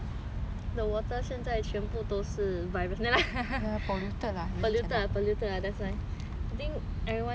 都是 virus no lah polluted lah polluted lah that's why everyone 都怕死 if me actually I also